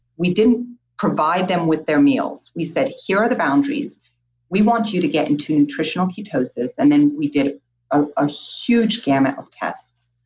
we didn't provide them with their meals. we said, here are the boundaries we want you to get into nutritional ketosis and then we did a huge gamut of tests.